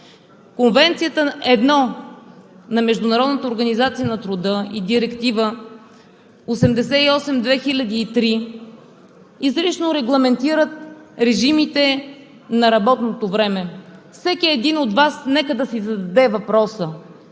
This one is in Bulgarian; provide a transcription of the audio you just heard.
организация на труда и Директива 88/2003 изрично регламентират режимите на работното време. Всеки един от Вас нека да си зададе въпроса: